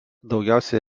daugiausiai